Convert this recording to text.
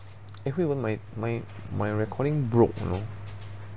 eh hui wen my my my recording broke you know